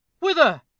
Whither